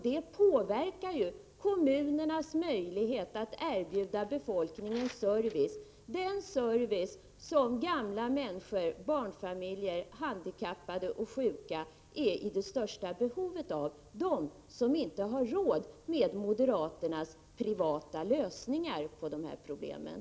Det påverkar kommunernas möjlighet att erbjuda befolkningen service — den service som gamla människor, barnfamiljer, handikappade och sjuka är i det största behovet av, de som inte har råd med moderaternas privata lösningar på de här problemen.